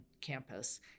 campus